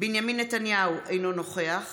בנימין נתניהו, אינו נוכח